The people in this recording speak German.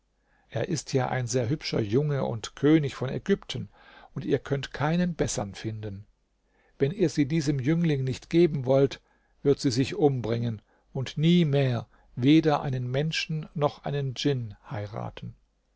er ist ja ein sehr hübscher junge und könig von ägypten und ihr könnt keinen bessern finden wenn ihr sie diesem jüngling nicht geben wollt wird sie sich umbringen und nie mehr weder einen menschen noch einen djinn heiraten